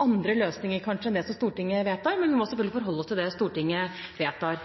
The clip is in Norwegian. andre løsninger enn det Stortinget vedtar. Men vi må selvfølgelig forholde oss til det Stortinget vedtar.